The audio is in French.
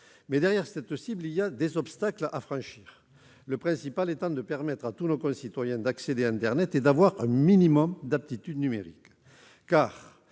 souscrire. Cependant, il y a des obstacles à franchir, le principal étant de permettre à tous nos concitoyens d'accéder à internet et d'avoir un minimum d'aptitudes numériques. En